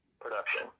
production